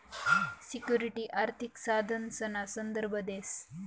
security आर्थिक साधनसना संदर्भ देस